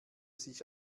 sich